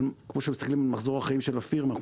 כמו שמסתכלים על מחזור חיים של פירמה,